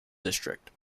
district